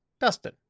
Dustin